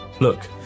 Look